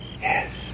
Yes